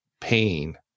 pain